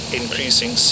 increasing